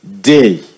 day